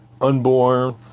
unborn